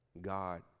God